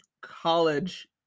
College